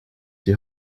die